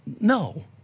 no